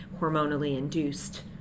hormonally-induced